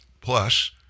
Plus